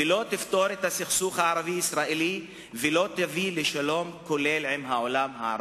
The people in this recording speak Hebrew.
לא תפתור את הסכסוך הערבי-ישראלי ולא תביא לשלום כולל עם העולם הערבי.